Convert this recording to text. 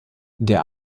der